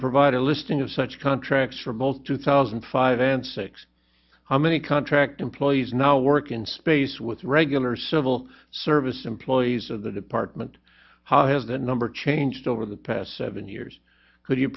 provide a listing of such contracts for both two thousand and five and six on many contract employees now i work in space with regular civil service employees of the department how has that number changed over the past seven years could you